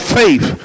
faith